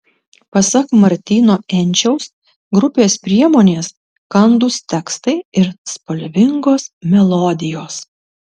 pasak martyno enčiaus grupės priemonės kandūs tekstai ir spalvingos melodijos